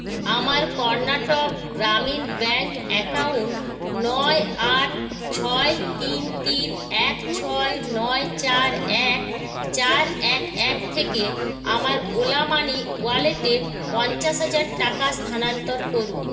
আমার Karnataka Gramin bank account নয় আট ছয় তিন তিন এক ছয় নয় চার এক চার এক এক থেকে আমার ওলা মানি ওয়ালেটে পঞ্চাশ হাজার টাকা স্থানান্তর করুন